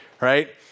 right